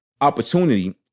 opportunity